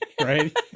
right